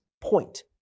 point